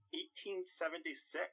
1876